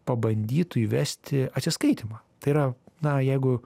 pabandytų įvesti atsiskaitymą tai yra na jeigu